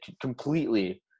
completely